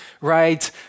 right